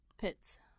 pits